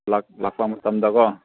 ꯂꯥꯛꯄ ꯃꯇꯝꯗ ꯀꯣ